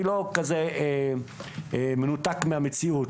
אני לא כזה מנותק מהמציאות.